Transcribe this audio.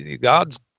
God's